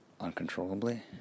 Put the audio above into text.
uncontrollably